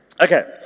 Okay